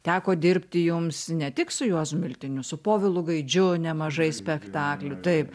teko dirbti jums ne tik su juozu miltiniu su povilu gaidžiu nemažai spektaklių taip